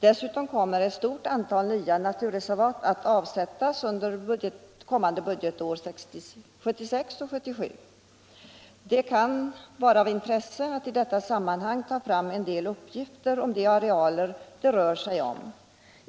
Dessutom kommer ett stort antal nya naturreservat att avsättas under budgetåret 1976/77. Det kan vara av intresse att i detta sammanhang ta fram en del uppgifter om de arealer som det rör sig om.